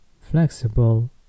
flexible